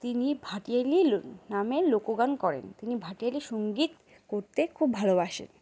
তিনি ভাটিয়ালি নামের লোকগান করেন তিনি ভাটিয়ালি সঙ্গীত করতে খুব ভালোবাসেন